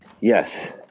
Yes